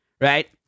right